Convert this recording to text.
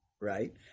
right